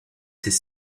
ses